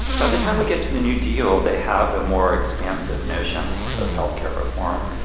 by the time we get to the new deal, they have a more expansive notion of health care reform,